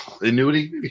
annuity